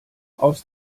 aus